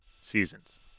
seasons